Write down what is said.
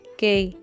Okay